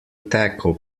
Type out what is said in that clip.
taco